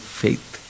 faith